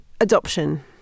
adoption